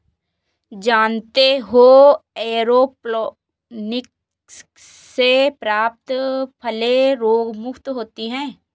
जानते हो एयरोपोनिक्स से प्राप्त फलें रोगमुक्त होती हैं